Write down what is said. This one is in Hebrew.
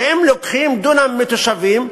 שאם לוקחים דונם מתושבים,